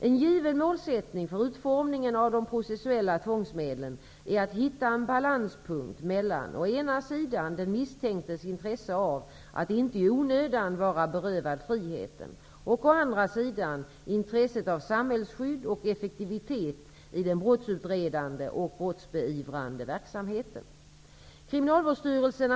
En given målsättning för utformningen av de processuella tvångsmedlen är att hitta en balanspunkt mellan å ena sidan den misstänktes intresse av att inte i onödan vara berövad friheten och å andra sidan intresset av samhällsskydd och effektivitet i den brottsutredande och brottsbeivrande verksamheten.